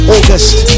August